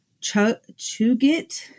Chugit